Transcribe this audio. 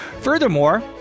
Furthermore